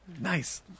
Nice